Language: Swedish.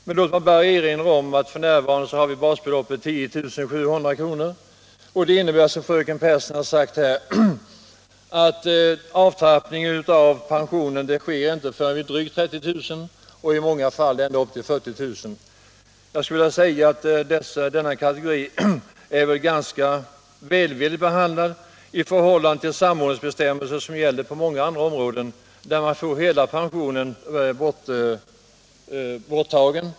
Men låt mig bara erinra om att vi f. n. har basbeloppet 10 700 kr. vilket innebär, som fröken Pehrsson här sagt, att avtrappningen av pensionen inte sker förrän vid drygt 30 000 kr., i många fall inte förrän vid 40 000 kr. Jag skulle vilja säga att denna kategori är ganska välvilligt behandlad om man jämför med samordningsbestämmelser som gäller på många andra områden där man får hela pensionen borttagen.